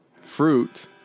fruit